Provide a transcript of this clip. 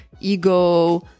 ego